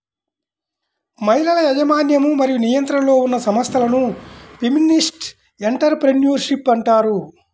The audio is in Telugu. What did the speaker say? మహిళల యాజమాన్యం మరియు నియంత్రణలో ఉన్న సంస్థలను ఫెమినిస్ట్ ఎంటర్ ప్రెన్యూర్షిప్ అంటారు